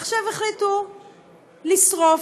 עכשיו החליטו לשרוף.